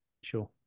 Sure